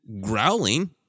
growling